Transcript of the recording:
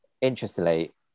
Interestingly